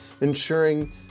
ensuring